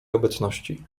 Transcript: obecności